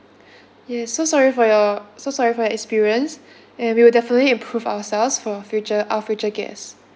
yes so sorry for your so sorry for your experience and we will definitely improve ourselves for our future our future guest